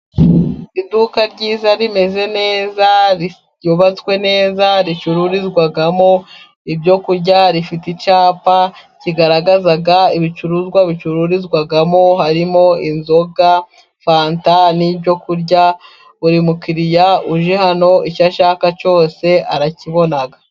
Iduka ryiza rimeze neza ryubatswe neza ricururizwamo ibyo kurya, rifite icyapa kigaragaza ibicuruzwa bicururizwamo harimo: inzoga ,fanta ,n'ibyo kurya ,buri mukiriya uje hano icyo ashaka cyose arakibona.